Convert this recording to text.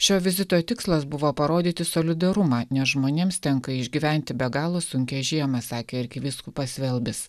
šio vizito tikslas buvo parodyti solidarumą nes žmonėms tenka išgyventi be galo sunkią žiemą sakė arkivyskupas velbis